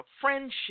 friendship